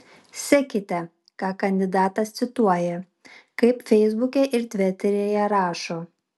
sekite ką kandidatas cituoja kaip feisbuke ir tviteryje rašo